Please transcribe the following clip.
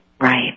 Right